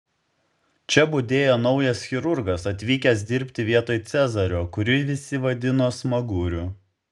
čia budėjo naujas chirurgas atvykęs dirbti vietoj cezario kurį visi vadino smaguriu